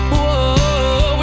Whoa